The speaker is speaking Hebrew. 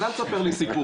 אז אל תספר לי סיפורים.